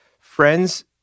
friends